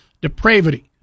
depravity